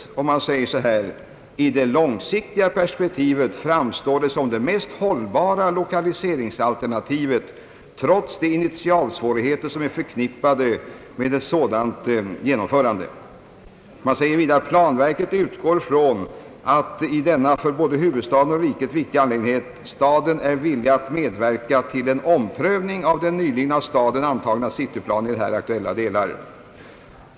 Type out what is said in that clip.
Planverket anför: »I det långsiktiga perspektivet framstår det som det mest hållbara lokaliseringsalternativet, trots de initialsvårigheter som är förknippade med ett sådant genomförrande.» Planverket säger också att det »utgår från att i denna för både huvudstaden och riket viktiga angelägenhet staden är villig att medverka till en omprövning av den nyligen av staden antagna cityplanen i här aktuella delar».